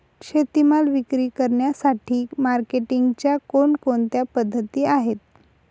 शेतीमाल विक्री करण्यासाठी मार्केटिंगच्या कोणकोणत्या पद्धती आहेत?